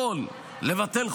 יכול לבטל חוק-יסוד,